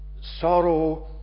sorrow